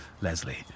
Leslie